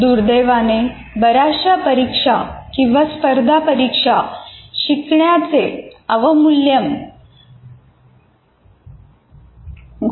दुर्दैवाने बऱ्याचशा परीक्षा किंवा स्पर्धा परीक्षा शिकण्याचे अवमूल्यन घोकंपट्टी मध्ये करतात